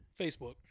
Facebook